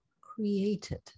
created